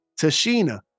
Tashina